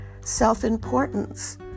Self-importance